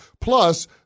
Plus